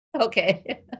Okay